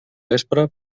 vespre